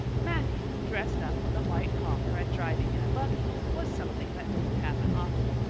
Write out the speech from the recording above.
matthew, dressed up with a white collar and driving in a buggy, was something that didn't happen often.